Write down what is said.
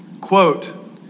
Quote